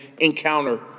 encounter